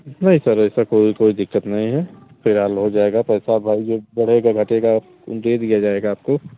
नहीं सर ऐसी कोई कोई दिक़्क़त नहीं है फ़िलहाल हो जाएगा पैसा भाई जो बढ़ेगा घटेगा वह दे दिया जाएगा आपको